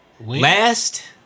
last